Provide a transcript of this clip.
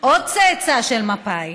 עוד צאצא של מפא"י,